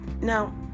Now